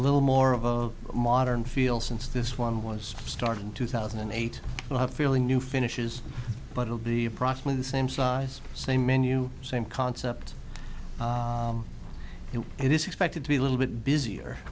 little more of a modern feel since this one was started in two thousand and eight will have fairly new finishes but it'll be approximately the same size same menu same concept it is expected to be a little bit busier